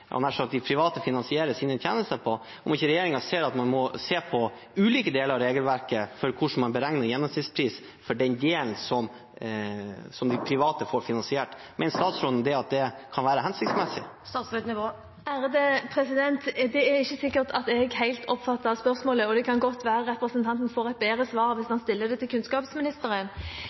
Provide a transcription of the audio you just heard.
de mest kostnadskrevende barnehagene fra gjennomsnittsprisen, som nær sagt er det de private finansierer sine tjenester på. Ser ikke regjeringen at man må se på ulike deler av regelverket for hvordan man beregner gjennomsnittspris for den delen som de private får finansiert? Mener statsråden at det kan være hensiktsmessig? Det er ikke sikkert at jeg helt oppfattet spørsmålet, og det kan godt være at representanten får et